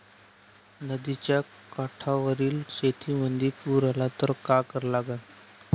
नदीच्या काठावरील शेतीमंदी पूर आला त का करा लागन?